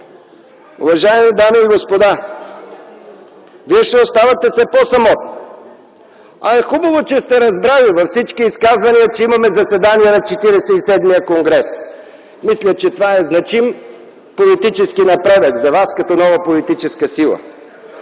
Уважаеми дами и господа, вие ще оставате все по-самотни, а е хубаво, че сте разбрали, във всички изказвания, че имаме заседания на Четиридесет и седмия конгрес. Мисля, че това е значим политически напредък за вас, като нова политическа сила.